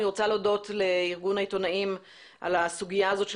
אני רוצה להודות לארגון העיתונאים על הסוגיה הזאת של